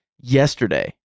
yesterday